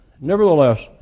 Nevertheless